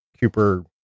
Cooper